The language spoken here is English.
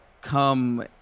come